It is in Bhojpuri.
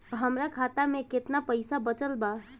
हमरा खाता मे केतना पईसा बचल बा?